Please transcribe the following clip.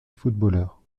footballeur